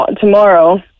tomorrow